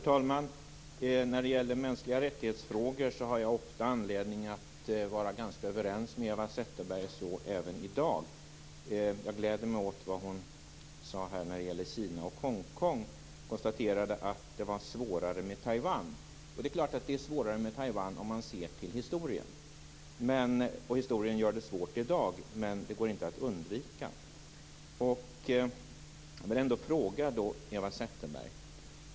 Herr talman! Jag har ofta anledning att vara ganska överens med Eva Zetterberg i frågor om mänskliga rättigheter. Så även i dag. Jag gläder mig åt vad hon sade när det gäller Kina och Hongkong. Men hon konstaterar att det är svårare med Taiwan. Det är klart att det är svårare med Taiwan om man ser till historien. Historien gör det svårt i dag, men det går inte att undvika. Jag vill ställa en fråga till Eva Zetterberg.